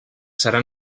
serà